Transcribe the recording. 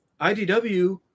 IDW